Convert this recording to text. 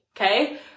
okay